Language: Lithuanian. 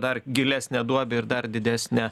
dar gilesnę duobę ir dar didesnę